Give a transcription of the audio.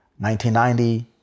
1990